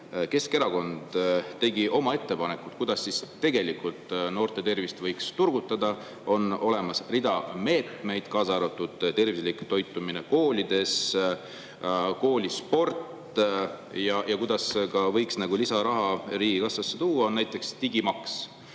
Keskerakond tegi oma ettepanekud, kuidas noorte tervist võiks turgutada. On olemas rida meetmeid, kaasa arvatud tervislik toitumine koolides, koolisport. Ja kuidas võiks lisaraha riigikassasse tuua? Näiteks digimaksu